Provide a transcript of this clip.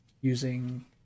using